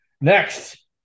next